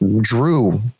drew